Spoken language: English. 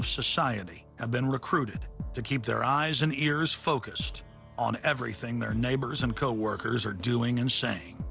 of society have been recruited to keep their eyes and ears focused on everything their neighbors and coworkers are doing and saying